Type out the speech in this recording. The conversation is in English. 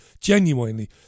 genuinely